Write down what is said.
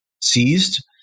seized